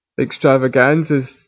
extravaganzas